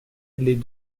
les